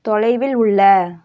தொலைவில் உள்ள